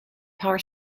power